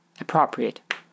appropriate